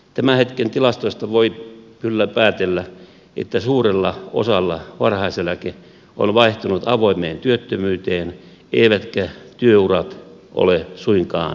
tämän hetken tilastoista voi kyllä päätellä että suurella osalla varhaiseläke on vaihtunut avoimeen työttömyyteen eivätkä työurat ole suinkaan pidentyneet